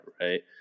right